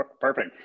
perfect